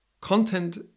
content